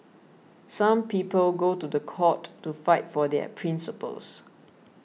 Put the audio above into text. some people go to the court to fight for their principles